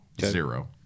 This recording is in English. Zero